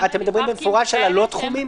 אתם מדברים במפורש על הלא תחומים?